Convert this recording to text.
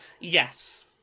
Yes